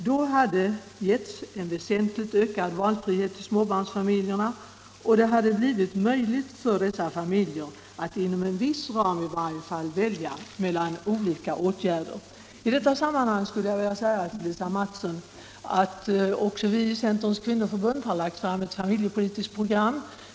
Då hade väsentligt ökad valfrihet getts till småbarnsfamiljerna, och det hade blivit möjligt för dem att i varje fall inom viss ram välja mellan olika åtgärder. I detta sammanhang skulle jag vilja säga till Lisa Mattson att också vi i Centerns kvinnoförbund har lagt fram ett familjepolitiskt program.